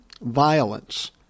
violence